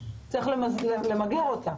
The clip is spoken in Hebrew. צריך למגר אותה,